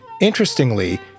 Interestingly